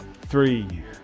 three